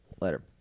later